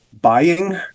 Buying